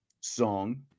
song